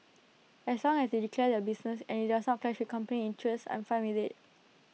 as long as they declare their business and IT does not clash with company interests I'm fine with IT